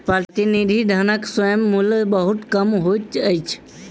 प्रतिनिधि धनक स्वयं मूल्य बहुत कम होइत अछि